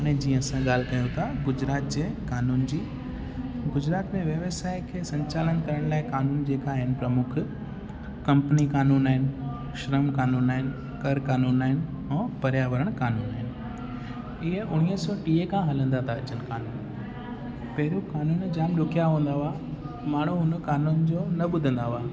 हाणे जीअं असां ॻाल्हि कयूं था गुजरात जे क़ानून जी गुजरात में व्यवसाय खे संचालन करण लाइ क़ानून जेका आहिनि प्रमुख कंपनी क़ानून आहिनि श्रम क़ानून आहिनि कर क़ानून आहिनि ऐं पर्यावरण क़ानून आहिनि ईअं उणिवीह सौ टीह खां हलंदा था अचनि क़ानून पहिरियों क़ानून जामु ॾुखिया हूंदा हुआ माण्हू हुन क़ानून जो न ॿुधंदा हुआ